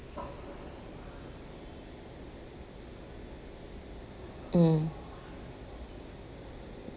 mm